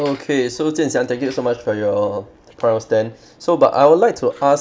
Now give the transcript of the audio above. okay so jian siang thank you so much for your prior stand so but I would like to ask